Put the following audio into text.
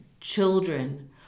children